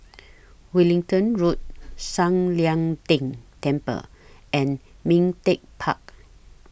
Wellington Road San Lian Deng Temple and Ming Teck Park